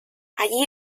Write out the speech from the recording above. allí